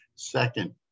Second